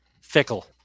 Fickle